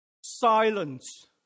silence